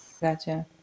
Gotcha